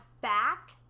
back